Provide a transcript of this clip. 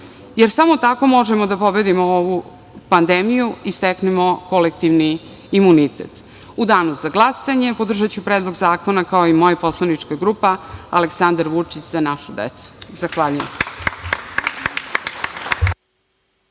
jer samo tako možemo da pobedimo ovu pandemiju i steknemo kolektivni imunitet.U danu za glasanje podržaću Predlog zakona, kao i moja poslanička grupa, Aleksandar Vučić – Za našu decu. Zahvaljujem.